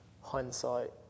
hindsight